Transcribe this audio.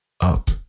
Up